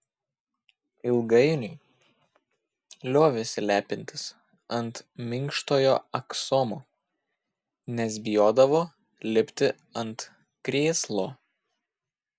ilgainiui liovėsi lepintis ant minkštojo aksomo nes bijodavo lipti ant krėslo